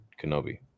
Kenobi